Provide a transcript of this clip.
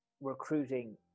recruiting